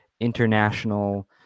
international